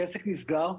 כעסק נסגר.